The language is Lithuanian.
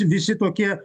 visi tokie